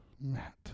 Matt